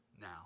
now